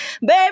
baby